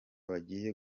bagiye